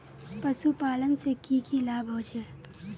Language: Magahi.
पशुपालन से की की लाभ होचे?